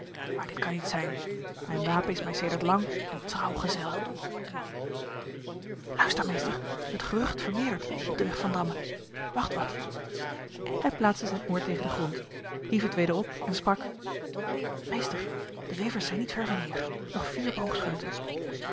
maar dit kan niet zijn mijn wapen is mij sedert lang een trouw gezel luister meester het gerucht vermeerdert op de weg van damme wacht wat hij plaatste zijn oor tegen de grond hief het weder op en sprak meester de wevers zijn niet ver van hier nog vier boogscheuten